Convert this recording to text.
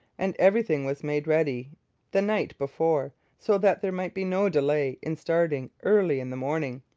and everything was made ready the night before so that there might be no delay in starting early in the morning.